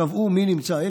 קבעו מי נמצא איפה.